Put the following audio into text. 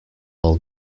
all